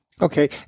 Okay